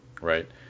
right